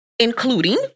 including